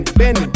ben